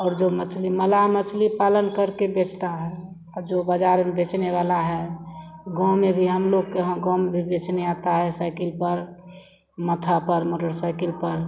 और जो मछली मल्लाह मछली पालन करके बेचता है जो बाज़ार में बेचने वाला है गाँव में भी हमलोग के यहाँ गाँव में भी बेचने आता है साइकिल पर माथा पर मोटरसाइकिल पर